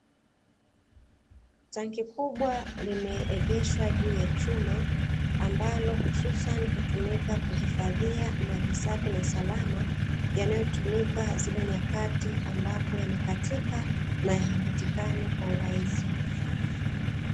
Tanki kubwa limeegeshwa juu ya chuma ambalo hususani, hutumika kuhifadhia maji safi na salama yanatumika zile nyamakati ambapo yamekatika na hayapatikani kwa urahisi.